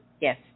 yes